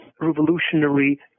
revolutionary